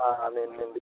అదే అండి